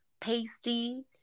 pasty